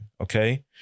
okay